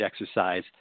exercise